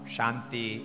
Shanti